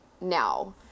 now